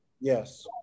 Yes